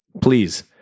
please